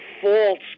false